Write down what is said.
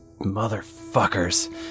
motherfuckers